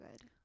good